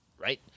Right